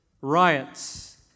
riots